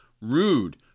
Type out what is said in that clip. Rude